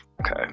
okay